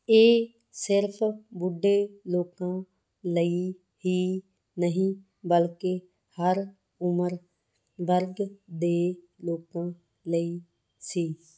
ਇਹ ਸਿਰਫ਼ ਬੁੱਢੇ ਲੋਕਾਂ ਲਈ ਹੀ ਨਹੀਂ ਬਲਕਿ ਹਰ ਉਮਰ ਵਰਗ ਦੇ ਲੋਕਾਂ ਲਈ ਸੀ